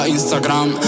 Instagram